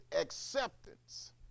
acceptance